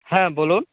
হ্যাঁ বলুন